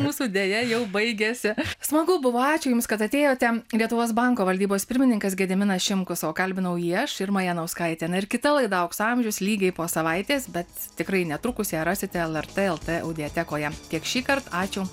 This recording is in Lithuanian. mūsų deja jau baigiasi smagu buvo ačiū jums kad atėjote lietuvos banko valdybos pirmininkas gediminas šimkus o kalbinau jį aš irma janauskaitė na ir kita laida aukso amžius lygiai po savaitės bet tikrai netrukus ją rasite lrt el t audiotekoje tiek šįkart ačiū